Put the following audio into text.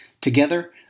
together